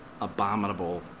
abominable